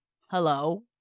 Hello